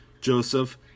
Joseph